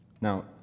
Now